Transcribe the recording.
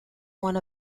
one